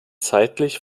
zeitlich